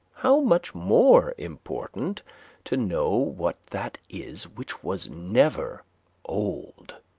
how much more important to know what that is which was never old!